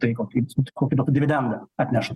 tai kokį kokį duotų dividendą atneštų